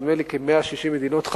נדמה לי כ-160 מדינות,